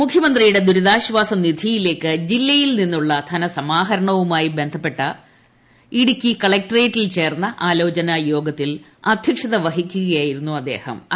മുഖ്യമന്ത്രിയുടെ ദുരിതാൾപ്പാസ നിധിയിലേക്ക് ജില്ലയിൽ നിന്നുള്ള ധനസമാഹരണവുമയി ബന്ധപ്പെട്ട് ഇടുക്കി കളക്ട്രേറ്റിൽ ചേർന്ന ആലോചനായോഗത്തിൽ അധ്യക്ഷത വഹിക്കുകയായിരുന്നു അദ്ദേഹൂർ